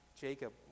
Jacob